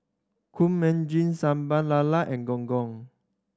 Kueh Manggis Sambal Lala and Gong Gong